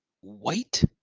white